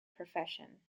profession